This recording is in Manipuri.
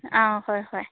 ꯑꯪ ꯍꯣꯏ ꯍꯣꯏ